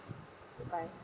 goodbye